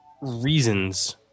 reasons